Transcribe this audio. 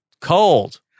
Cold